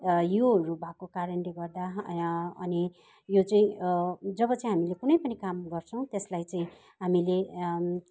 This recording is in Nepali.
योहरू भएको कारणले गर्दा अनि यो चाहिँ जब चाहिँ हामीले कुनै पनि काम गर्छौँ त्यसलाई चाहिँ हामीले